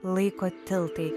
laiko tiltai